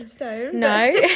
no